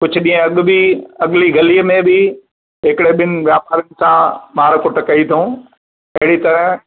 कुझु ॾींहं अॻु बि अॻिली गलीअ में बि हिकिड़े ॿिनि व्यापारियुनि सां मार कुट कईं अथऊं अहिड़ी तरह